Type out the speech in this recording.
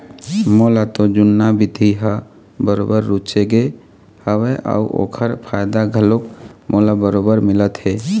मोला तो जुन्ना बिधि ह बरोबर रुचगे हवय अउ ओखर फायदा घलोक मोला बरोबर मिलत हे